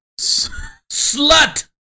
Slut